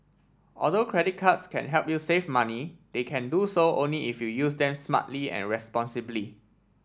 although credit cards can help you save money they can do so only if you use them smartly and responsibly